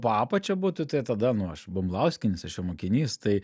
po apačia būtų tai tada nu aš bumblauskinis aš jo mokinys tai